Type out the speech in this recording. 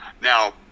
Now